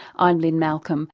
i'm lynne malcolm